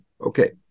okay